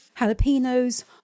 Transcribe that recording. jalapenos